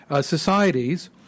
societies